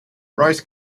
brice